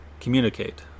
communicate